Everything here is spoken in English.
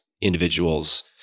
individuals